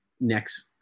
Next